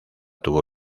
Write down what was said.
tuvo